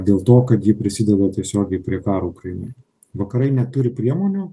dėl to kad ji prisideda tiesiogiai prie karo ukrainoje vakarai neturi priemonių